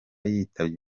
yitabye